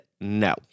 no